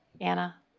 Anna